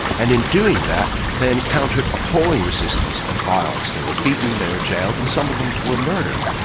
and in doing that they encountered appalling resistance and violence. they were beaten, they were jailed, and some of them were murdered.